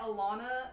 Alana